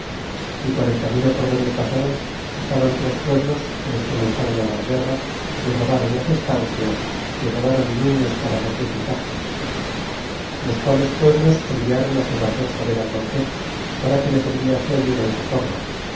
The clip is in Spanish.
y por el camino por donde pasaron estaban tres pueblos y les cornenzron dar guerra y robaron las estancias y robaron niños para sacrificar los quales pueblos enviaron se lo hacer saber a cortes para que les enviase ayuda y socorro